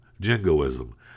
jingoism